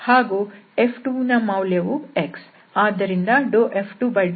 ಆದ್ದರಿಂದ F2∂x1